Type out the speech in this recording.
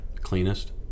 cleanest